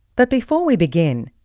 but before we begin,